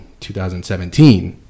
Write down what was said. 2017